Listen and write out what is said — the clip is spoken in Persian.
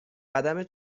قدم